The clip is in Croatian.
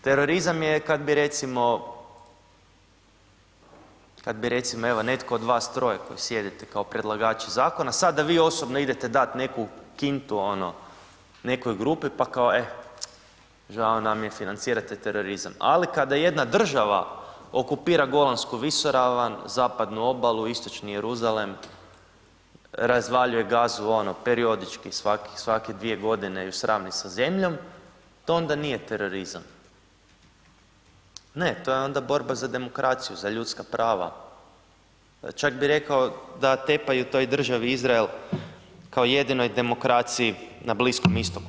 Terorizam kad bi recimo, kad bi recimo evo netko od vas troje koji sjedite kao predlagači zakona, sad da vi osobno idete dat neku kintu nekoj grupi, pa kao e, žao nam je, financirate terorizam, ali kada jedna država okupira Golansku visoravan, zapadnu obalu, istočni Jeruzalem, razvaljuje Gazu, ono periodički svake dvije godine ju sravni sa zemljom, to onda nije terorizam, ne, to je onda borba za demokraciju, za ljudska prava, čak bi rekao da tepaju toj državi Izrael kao jedinoj demokraciji na Bliskom Istoku.